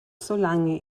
solange